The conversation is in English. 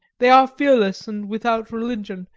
they are fearless and without religion,